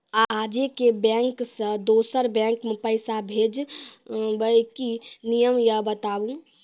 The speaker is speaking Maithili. आजे के बैंक से दोसर बैंक मे पैसा भेज ब की नियम या बताबू?